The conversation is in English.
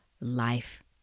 life